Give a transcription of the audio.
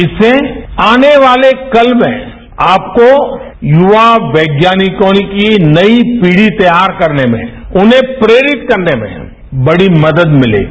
इससे आने वाले कल में आपको युवा वैज्ञानिकों की नई पीढ़ी तैयार करने में उन्हें प्रेरित करने में बड़ी मदद मिलेगी